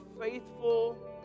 faithful